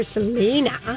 Selena